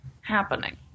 happening